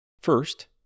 First